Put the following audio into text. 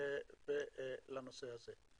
בנושא הזה.